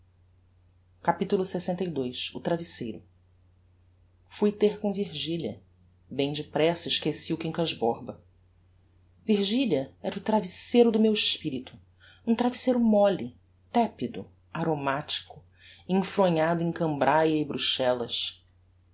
virgilia capitulo lxii o travesseiro fui ter com virgilia bem depressa esqueci o quincas borba virgilia era o travesseiro do meu espirito um travesseiro molle tepido aromatico enfronhado em cambraia e bruxellas